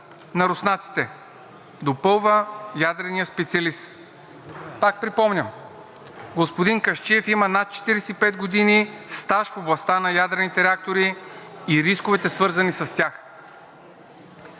на руснаците.“ – допълва ядреният специалист. Пак припомням, че господин Касчиев има над 45 години стаж в областта на ядрените реактори и рисковете, свързани с тях.